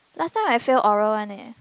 last time I failed oral one leh